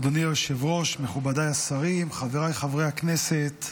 אדוני היושב-ראש, מכובדי השרים, חבריי חברי הכנסת,